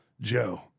Joe